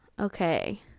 okay